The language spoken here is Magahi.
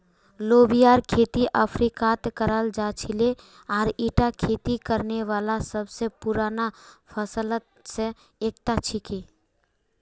लोबियार खेती अफ्रीकात कराल जा छिले आर ईटा खेती करने वाला सब स पुराना फसलत स एकता छिके